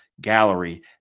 gallery